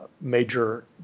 Major